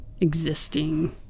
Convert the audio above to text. existing